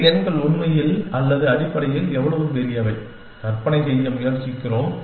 இந்த எண்கள் உண்மையில் அல்லது அடிப்படையில் எவ்வளவு பெரியவை கற்பனை செய்ய முயற்சிக்கிறோம்